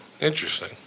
Interesting